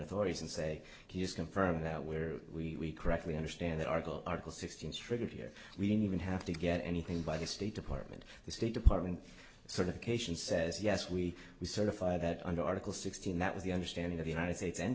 authorities and say here's confirm that we're we correctly understand that article article sixteen triggered here we didn't have to get anything by the state department the state department certification says yes we we certify that under article sixteen that was the understanding of united states